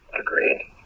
Agreed